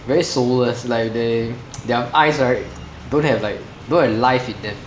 very soulless like their their eyes right don't have like don't have life in them